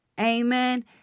Amen